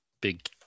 big